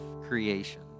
creation